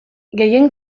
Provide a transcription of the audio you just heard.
gehien